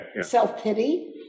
self-pity